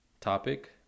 topic